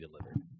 delivered